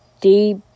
deep